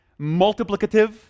multiplicative